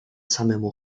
samemu